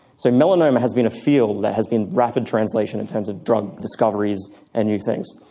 so melanoma has been a field that has been rapid translation in terms of drug discoveries and new things.